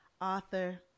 author